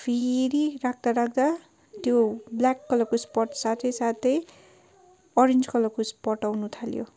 फेरि राख्दा राख्दा त्यो ब्ल्याक कलरको स्पट्स साथैसाथै ओरेन्ज कलरको स्पट आउनुथाल्यो